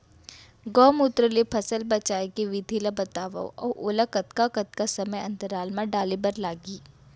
गौमूत्र ले फसल बचाए के विधि ला बतावव अऊ ओला कतका कतका समय अंतराल मा डाले बर लागही?